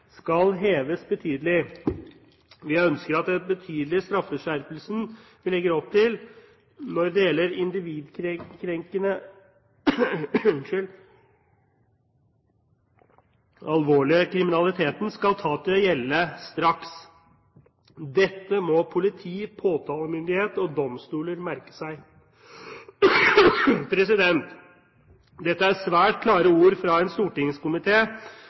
skal heves betydelig. Vi ønsker at den betydelige straffeskjerpelsen vi legger opp til når det gjelder den individkrenkende alvorlige kriminaliteten, skal ta til å gjelde straks. Dette må politi, påtalemyndighet og domstoler merke seg.» Dette er svært klare ord fra en